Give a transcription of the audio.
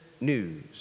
news